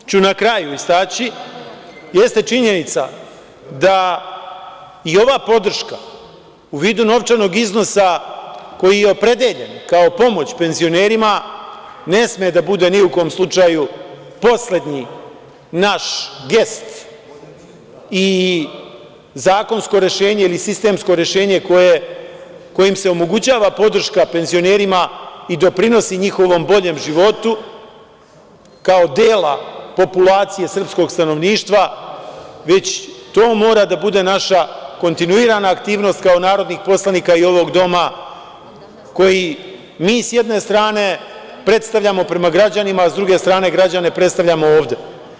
Ono što ću na kraju istaći jeste činjenica da i ova podrška u vidu novčanog iznosa koji je opredeljen kao pomoć penzionerima ne sme da bude ni u kom slučaju poslednji naš gest i zakonsko rešenje ili sistemsko rešenje kojim se omogućava podrška penzionerima i doprinosi njihovom boljem životu kao dela populacije srpskog stanovništva, već to mora da bude naša kontinuirana aktivnost kao narodnih poslanika i ovog doma koji mi, s jedne strane, predstavljamo prema građanima, a s druge strane, građane predstavljamo ovde.